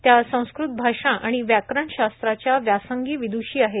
त्या संस्कृत भाषा आणि व्याकरण शास्त्राच्या व्यासंगी विद्वषी आहेत